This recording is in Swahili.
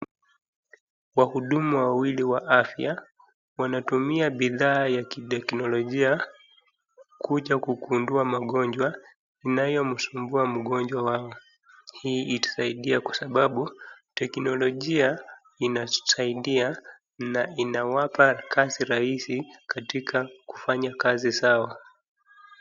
Wahudumu wawili wa afya wanatumia bidhaa ya kiteknolojia, kuja kugundua magonjwa inayomsumbua mgonjwa, hii inasaidia kwa sababu teknolojia inasaidia na inawapa kazi rahisi katika kufanya kazi zao.